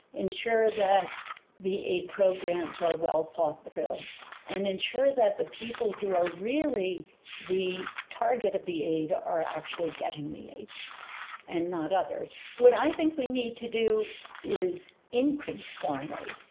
ensure that the aid programs are well thought through and ensure that the people who are really the target of the aid are actually getting the aid and not others. what i think we need to do is increase foreign aid,